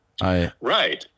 Right